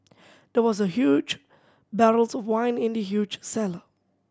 there was a huge barrels of wine in the huge cellar